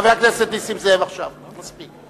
חבר הכנסת נסים זאב, מספיק.